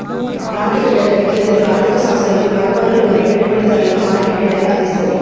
ఆర్థిక డేటా విక్రేతలు ఆర్ధిక సంస్థలకు, వ్యాపారులు మరియు పెట్టుబడిదారులకు మార్కెట్ డేటాను అందిస్తది